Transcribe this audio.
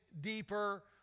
deeper